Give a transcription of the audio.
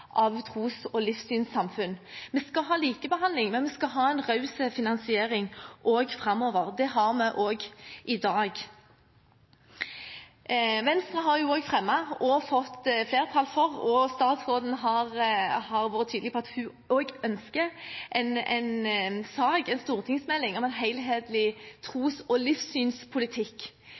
av tros- og livssynssamfunn. Vi skal ha likebehandling, men vi skal ha en raus finansiering også framover. Det har vi også i dag. Venstre har fremmet og fått flertall for – statsråden har også vært tydelig på at hun ønsker det – en stortingsmelding om en helhetlig tros- og livssynspolitikk.